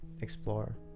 explore